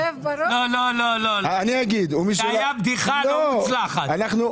בשבוע הבא נקיים דיון על טכנולוגיית להבים, נקיים